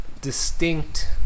distinct